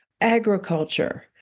agriculture